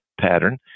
pattern